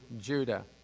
Judah